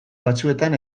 batzuetan